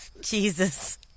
Jesus